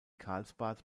karlsbad